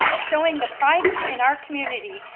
showing the pride in our community,